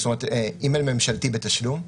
זאת אומרת, אימייל ממשלתי בתשלום.